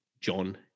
John